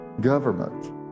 government